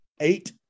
eight